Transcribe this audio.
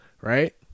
Right